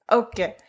okay